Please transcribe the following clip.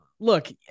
Look